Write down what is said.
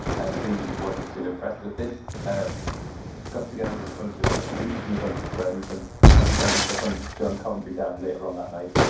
and he wasn't too impressed with this, ah got together with a bunch of troops and a bunch of friends and decided to hunt john coventry down later on that night.